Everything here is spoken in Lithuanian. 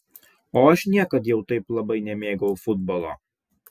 o aš niekad jau taip labai nemėgau futbolo